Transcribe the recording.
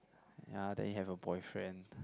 ya then you have a boyfriend